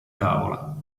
tavola